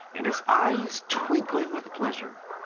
and his eyes twinkling with pleasure.